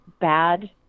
bad